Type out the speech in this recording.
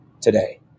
today